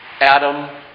Adam